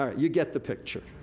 um you get the picture.